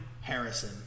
Harrison